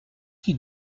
qui